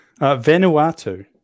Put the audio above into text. Vanuatu